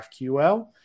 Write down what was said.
GraphQL